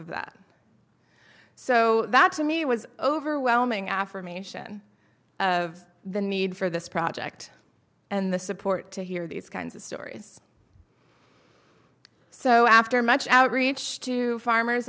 of that so that to me was overwhelming affirmation of the need for this project and the support to hear these kinds of stories so after much outreach to farmers